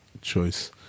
choice